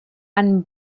and